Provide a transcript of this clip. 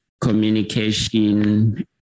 communication